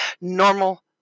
normal